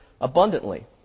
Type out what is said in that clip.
abundantly